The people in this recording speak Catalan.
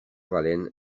valent